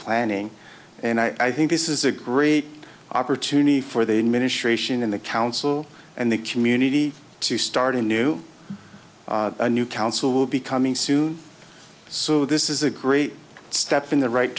planning and i think this is a great opportunity for the ministration and the council and the community to start a new a new council will be coming soon so this is a great step in the right